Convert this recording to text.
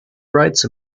rights